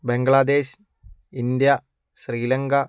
Bangladesh India Sri Lanka